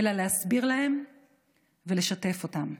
אלא להסביר להם ולשתף אותם.